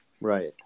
Right